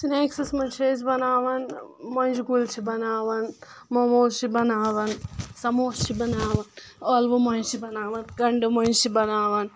snacks منٛز چھِ أسۍ بَناوَان مۄنٛجہِ گُلۍ چھِ بَناوَان موموز چھِ بَناوَان سَموس چھِ بَناوَان ٲلوٕ مۄنٛجہٕ چھِ بَناوَان کَنڈٕ مُۄنٛجٕہ چھِ بَناوَان